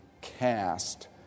cast